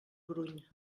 gruny